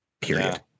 period